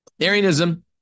Arianism